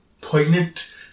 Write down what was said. poignant